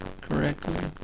correctly